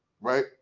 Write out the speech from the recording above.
right